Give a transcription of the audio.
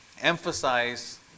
emphasize